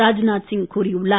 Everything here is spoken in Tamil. ராஜ்நாத் சிங் கூறியுள்ளார்